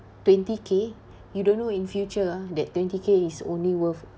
twenty K you don't know in future ah that twenty K is only worth